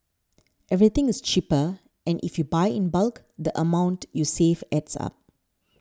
everything is cheaper and if you buy in bulk the amount you save adds up